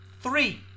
Three